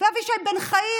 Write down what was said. ואבישי בן חיים,